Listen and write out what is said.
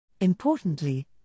Importantly